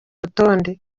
rutonde